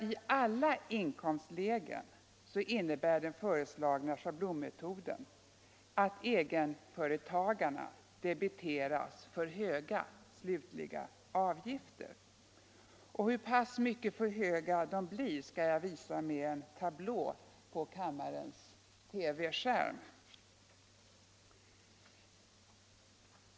I alla inkomstlägen innebär den föreslagna schablonmetoden att egenföretagaren debiteras för höga avgifter. Hur pass mycket för höga de blir skall jag visa med en tablå på kammarens bildskärm.